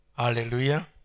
Hallelujah